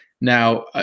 now